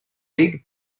big